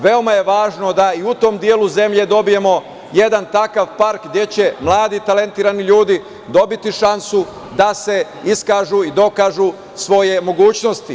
Veoma je važno da i u tom delu zemlje imamo jedan takav park gde će mladi i talentovani ljudi dobiti šansu da se iskažu i dokažu svoje mogućnosti.